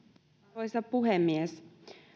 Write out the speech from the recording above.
arvoisa puhemies